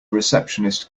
receptionist